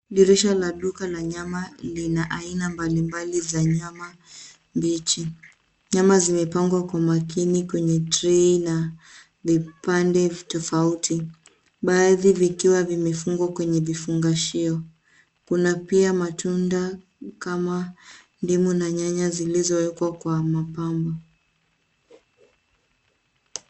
Dirisha la duka la nyama lina aina mbalimbali za nyama mbichi. Nyama zimepangwa kwa makini kwenye trei na vipande tofauti. Baadhi vikiwa vimefungwa kwenye vifungashio. Kuna pia matunda kama ndimu na nyanya zilizowekwa kwa mapambo.